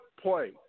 play